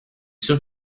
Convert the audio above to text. sûr